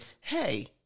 hey